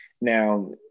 Now